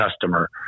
customer